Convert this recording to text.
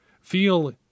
Feel